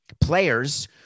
players